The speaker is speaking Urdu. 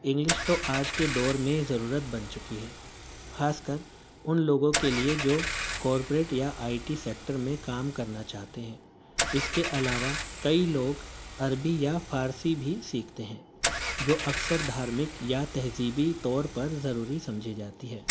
انگلش تو آج کے دور میں ضرورت بن چکی ہے خاص کر ان لوگوں کے لیے جو کارپوریٹ یا آئی ٹی سیکٹر میں کام کرنا چاہتے ہیں اس کے علاوہ کئی لوگ عربی یا فارسی بھی سیکھتے ہیں جو اکثر دھارمک یا تہذیبی طور پر ضروری سمجھی جاتی ہے